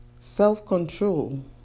Self-control